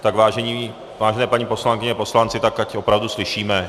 Tak, vážené paní poslankyně, poslanci, tak ať opravdu slyšíme.